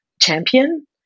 champion